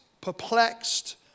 perplexed